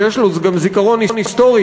שיש לו גם זיכרון היסטורי,